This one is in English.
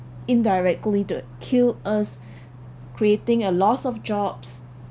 indirectly to kill us creating a loss of jobs